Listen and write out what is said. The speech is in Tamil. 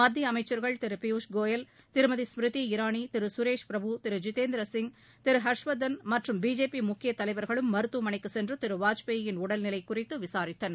மத்திய அமைச்ச்கள் திரு பியூஷ் கோயல் திருமதி ஸ்மிரிதி இராணி திரு சுரேஷ் பிரபு திரு ஜிதேந்திர சிங் திரு ஹர்ஷ்வர்தன் மற்றும் பிஜேபி முக்கிய தலைவர்களும் மருத்துவமனைக்கு சென்று திரு வாஜ்பேயின் உடல்நிலை குறித்து விசாரித்தனர்